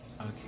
okay